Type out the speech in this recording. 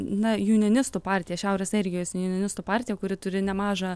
na junjinistų partija šiaurės airijos junjinistų partija kuri turi nemažą